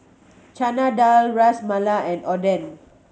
Chana Dal Ras Malai and Oden